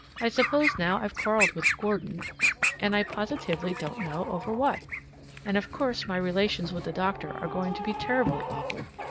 i suppose now i've quarreled with gordon and i positively don't know over what and of course my relations with the doctor are going to be terribly awkward.